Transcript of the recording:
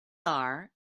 are